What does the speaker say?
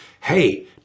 Hey